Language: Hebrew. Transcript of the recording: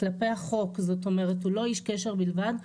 כלפי החוק, זאת אומרת הוא לא איש קשר בלבד.